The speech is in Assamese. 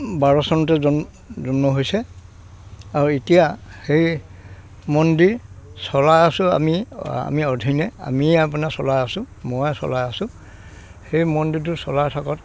বাৰ চনতে জন্ম হৈছে আৰু এতিয়া সেই মন্দিৰ চলাই আছোঁ আমি আমি অৰ্ধিনে আমিয়ে আপোনাৰ চলাই আছোঁ মই চলাই আছোঁ সেই মন্দিৰটো চলাই থকাত